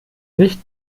nicht